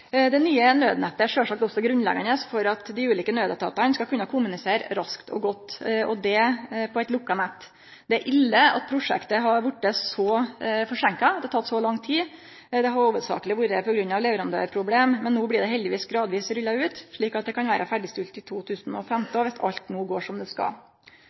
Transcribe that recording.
Det nye nødnettet er sjølvsagt også grunnleggjande for at dei ulike nødetatane skal kunne kommunisere raskt og godt, og det på eit lukka nett. Det er ille at prosjektet har vorte så forseinka, at det har teke så lang tid. Det har hovudsakleg vore på grunn av leverandørproblem, men no blir det heldigvis gradvis rulla ut, slik at det kan vere ferdigstilt til 2015 – viss alt no går som det skal.